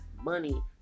money